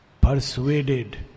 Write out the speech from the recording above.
persuaded